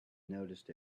noticed